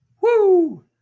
Woo